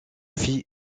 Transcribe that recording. fit